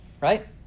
right